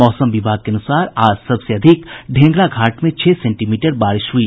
मौसम विभाग के अनुसार आज सबसे अधिक ढ़ेंगरा घाट में छह सेंटीमीटर बारिश हुई